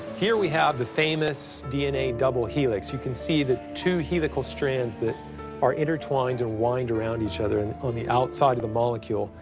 here we have the famous dna double helix. you can see the two helical strands that are intertwined and wind around each other and on the outside of the molecule.